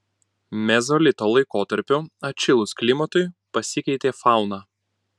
mezolito laikotarpiu atšilus klimatui pasikeitė fauna